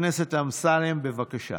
חבר הכנסת אמסלם, בבקשה.